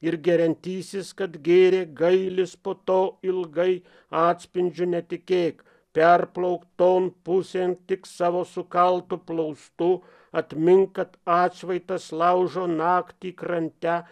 ir geriantysis kad gėrė gailis po to ilgai atspindžiu netikėk perplaukt ton pusėn tik savo sukaltu plaustu atmink kad atšvaitas laužo nakty krante